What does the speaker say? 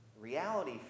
reality